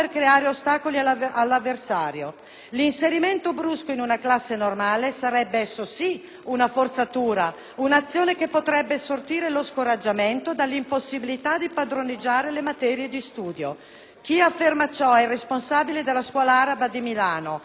L'inserimento brusco in una classe normale, sarebbe esso sì, una forzatura, un'azione che potrebbe sortire lo scoraggiamento dall'impossibilità di padroneggiare le materie di studio». Chi afferma ciò è il responsabile della scuola araba di Milano che certamente non è leghista.